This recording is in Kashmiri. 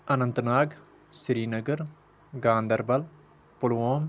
اننت ناگ سرینگر گاندربل پُلووم